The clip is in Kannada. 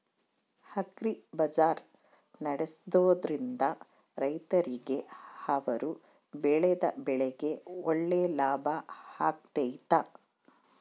ಅಗ್ರಿ ಬಜಾರ್ ನಡೆಸ್ದೊರಿಂದ ರೈತರಿಗೆ ಅವರು ಬೆಳೆದ ಬೆಳೆಗೆ ಒಳ್ಳೆ ಲಾಭ ಆಗ್ತೈತಾ?